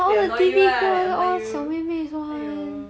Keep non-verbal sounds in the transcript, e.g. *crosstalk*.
*laughs* and they annoy you right like annoy you !aiyo!